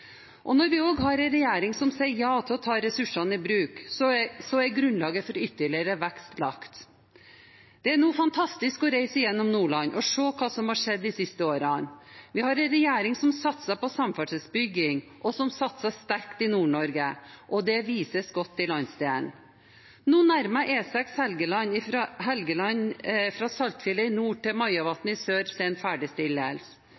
Og når vi også har en regjering som sier ja til å ta ressursene i bruk, er grunnlaget for ytterligere vekst lagt. Det er nå fantastisk å reise gjennom Nordland og se hva som har skjedd de siste årene. Vi har en regjering som satser på samferdselsbygging, og som satser sterkt i Nord-Norge, og det vises godt i landsdelen. Nå nærmer E6 Helgeland fra Saltfjellet i nord til